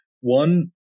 one